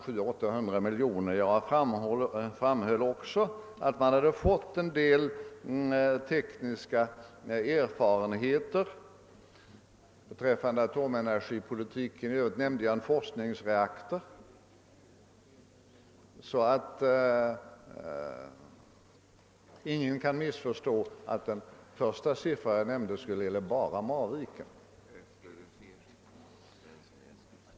Ja, herr Lindholm, jag framhöll också att man hade fått en del tekniska erfarenheter beträffande atomenergipolitiken, och i övrigt nämnde jag en forskningsreaktor. Ingen kan alltså behöva missförstå saken så, att den siffra jag först nämnde. skulle gälla bara Marviken.